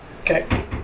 Okay